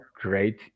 great